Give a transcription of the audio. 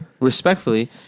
respectfully